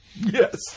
Yes